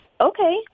Okay